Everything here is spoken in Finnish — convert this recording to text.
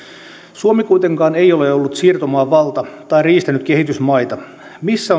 suomi kuitenkaan ei ole ollut siirtomaavalta tai riistänyt kehitysmaita missä